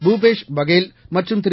பூபேஷ் பாஹல் மற்றும் திரு